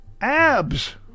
Abs